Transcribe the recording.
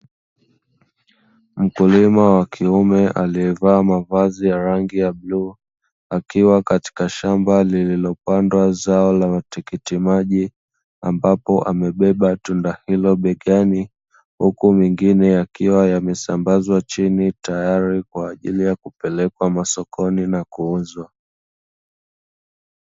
Mkulima wa kiume alievaa mavazi ya rangi ya bluu, akiwa katika shamba lililopandwa zao la tikiti maji, ambapo amebeba tunda hilo be gani, huku mengine yakiwa yamesambazwa chini, tayari kwa ajili ya kupelekwa masokoni na kuuzwa.